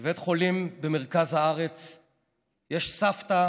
בבית חולים במרכז הארץ יש סבתא